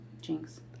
Jinx